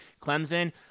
Clemson